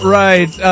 right